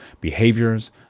behaviors